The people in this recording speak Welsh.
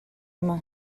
yma